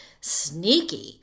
sneaky